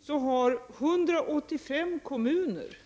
Trots att remisstiden inte varit lång har 185 kommuner